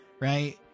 Right